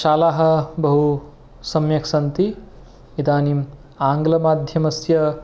शालाः बहु सम्यक् सन्ति इदानीम् आङ्लमाध्यमस्य